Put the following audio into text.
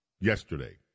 yesterday